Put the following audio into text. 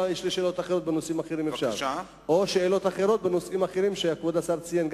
יש לי שאלות אחרות בנושאים אחרים שכבוד השר ציין,